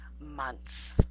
months